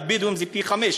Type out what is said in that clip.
אצל הבדואים זה פי-חמישה,